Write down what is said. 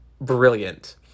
brilliant